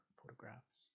photographs